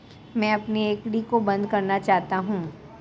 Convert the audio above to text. मैं अपनी एफ.डी को बंद करना चाहता हूँ